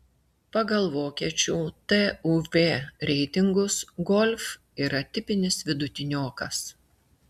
pagal vokiečių tuv reitingus golf yra tipinis vidutiniokas